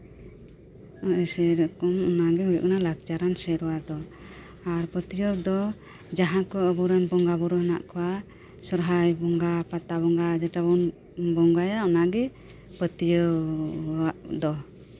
ᱥᱮᱭ ᱨᱚᱠᱚᱢ ᱚᱱᱟ ᱞᱟᱠᱪᱟᱨᱟᱱ ᱥᱮᱨᱣᱟ ᱫᱚ ᱟᱨ ᱯᱟᱹᱛᱭᱟᱹᱣ ᱫᱚ ᱡᱟᱦᱟᱸᱭ ᱠᱚ ᱟᱵᱚ ᱨᱮᱱ ᱵᱚᱸᱜᱟ ᱵᱩᱨᱩ ᱦᱮᱱᱟᱜ ᱠᱟᱣᱟ ᱥᱚᱨᱦᱟᱭ ᱵᱚᱸᱜᱟ ᱯᱟᱛᱟ ᱵᱚᱸᱜᱟ ᱡᱮᱴᱟ ᱵᱚᱱ ᱵᱚᱸᱜᱟᱭᱟ ᱚᱱᱟᱜᱮ ᱯᱟᱹᱛᱭᱟᱹᱣ ᱨᱮᱱᱟᱜ ᱫᱚ